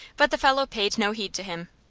but the fellow paid no heed to him.